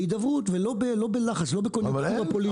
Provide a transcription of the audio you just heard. בהידברות ולא בלחץ, לא בפוליטיקה.